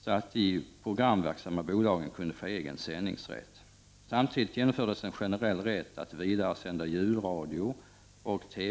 så att de programverksamma bolagen kunde få egen sändningsrätt.